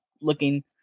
looking